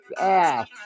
ass